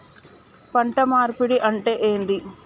పంట మార్పిడి అంటే ఏంది?